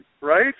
right